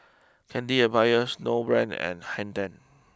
Candy Empire Snowbrand and Hang ten